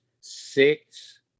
six